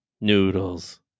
Noodles